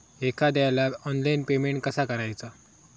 एखाद्याला online payment कसा करायचा?